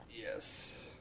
Yes